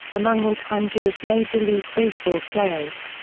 among all-time jewish major league baseball players.